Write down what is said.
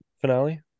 finale